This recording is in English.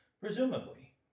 Presumably